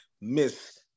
Miss